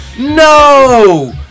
No